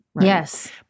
Yes